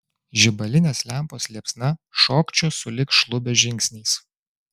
žibalinės lempos liepsna šokčiojo sulig šlubio žingsniais